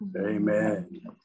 Amen